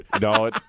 No